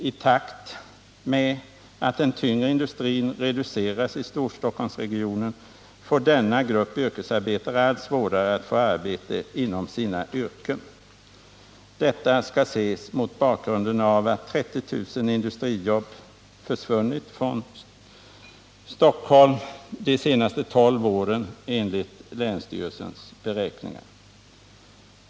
I takt med att den tyngre industrin reduceras i Storstockholmsregionen får denna grupp yrkes arbetare allt svårare att få arbete inom sitt yrke. Detta skall ses mot bakgrunden av att 30 000 industrijobb försvunnit från Stockholm de senaste tolv åren enligt länsstyrelsens beräkningar.